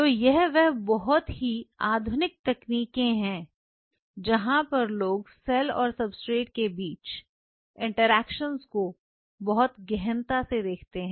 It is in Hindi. तो यह वह बहुत ही अत्याधुनिक तकनीक के हैं जहां पर लोग सेल और सबस्ट्रैट के बीच के इंटरेक्शंस को बहुत गहनता से देखते हैं